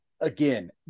again